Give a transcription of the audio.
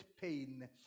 pain